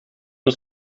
het